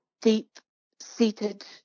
deep-seated